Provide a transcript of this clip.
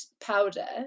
powder